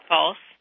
False